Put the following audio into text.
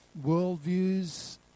worldviews